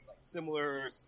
similar